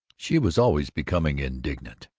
she was always becoming indignant.